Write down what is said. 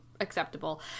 acceptable